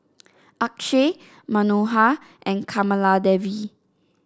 Akshay Manohar and Kamaladevi